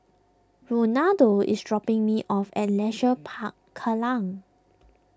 Ronaldo is dropping me off at Leisure Park Kallang